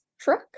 truck